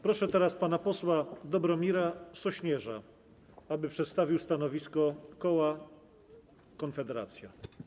Proszę teraz pana posła Dobromira Sośnierza, aby przedstawił stanowisko koła Konfederacja.